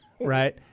right